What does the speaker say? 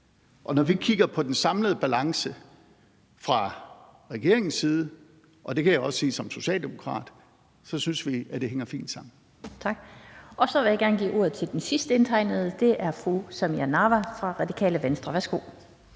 Og når vi kigger på den samlede balance fra regeringens side – og det kan jeg også sige som socialdemokrat – synes vi, det hænger fint sammen. Kl. 17:14 Den fg. formand (Annette Lind): Tak. Så vil jeg gerne give ordet til den sidste indtegnede, og det er fru Samira Nawa fra Radikale Venstre. Værsgo.